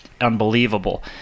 unbelievable